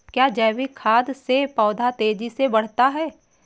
क्या जैविक खाद से पौधा तेजी से बढ़ता है?